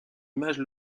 image